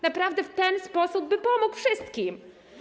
Naprawdę w ten sposób by pomógł wszystkim.